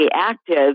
active